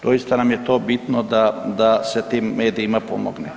Doista nam je to bitno da se tim medijima pomogne.